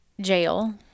jail